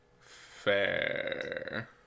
Fair